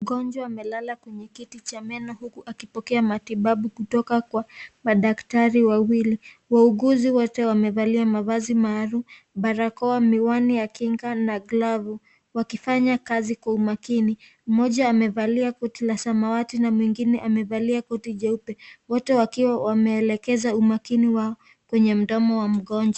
Mgonjwa amelala kwenye kiti cha meno huku akipokea matibabu kutoka Kwa madaktari wawili . Wauguzi wote wamevaa mavazi maalum, barakoa midomoni ya kinga na glavu wakifanya kazi Kwa umakini. Mmoja amevalia koti la samawati na mwingine amevalia koti jeupe, wote wakiwa wameelekeza umakini wao Kwenye mdomo wa mgonjwa.